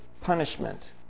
punishment